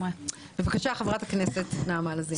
בבקשה, חברת הכנסת נעמה לזימי.